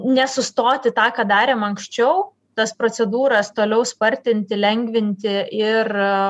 nesustoti tą ką darėm anksčiau tas procedūras toliau spartinti lengvinti ir